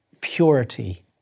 purity